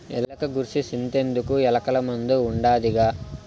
ఎలక గూర్సి సింతెందుకు, ఎలకల మందు ఉండాదిగా